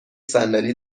صندلی